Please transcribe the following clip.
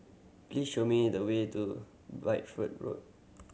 please show me the way to Bideford Road